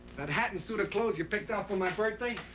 that hat and suit of clothes you picked out for my birthday.